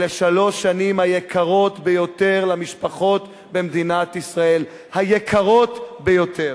אלה שלוש השנים היקרות ביותר למשפחות במדינת ישראל היקרות ביותר.